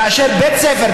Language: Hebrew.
בית הספר,